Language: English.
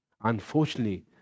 unfortunately